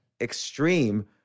extreme